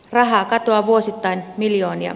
rahaa katoaa vuosittain miljoonia